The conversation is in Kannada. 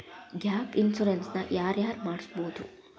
ಗ್ಯಾಪ್ ಇನ್ಸುರೆನ್ಸ್ ನ ಯಾರ್ ಯಾರ್ ಮಡ್ಸ್ಬೊದು?